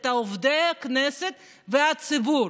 את עובדי הכנסת ואת הציבור.